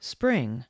Spring